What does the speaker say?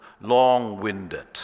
long-winded